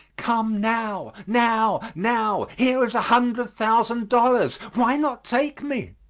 come now, now, now, here is a hundred thousand dollars. why not take me?